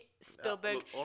Spielberg